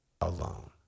alone